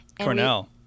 Cornell